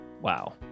Wow